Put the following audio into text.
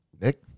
Nick